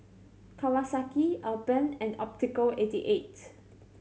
Kawasaki Alpen and Optical eighty eight